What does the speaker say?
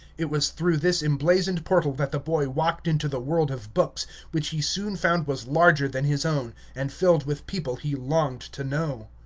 it was through this emblazoned portal that the boy walked into the world of books, which he soon found was larger than his own, and filled with people he longed to know.